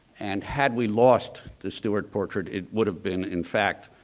and had we lost the stuart portrait, it would have been, in fact,